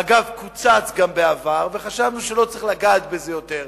אגב, קוצץ גם בעבר, חשבנו שלא צריך לגעת בזה יותר,